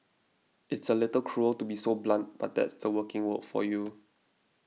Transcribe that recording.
it's a little cruel to be so blunt but that's the working world for you